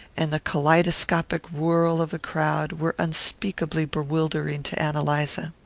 and the kaleidoscopic whirl of the crowd, were unspeakably bewildering to ann eliza.